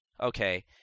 okay